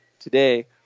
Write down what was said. today